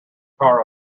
car